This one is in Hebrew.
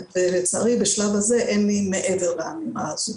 לצערי בשלב הזה אין לי מה להוסיף מעבר לאמירה הזאת.